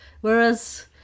Whereas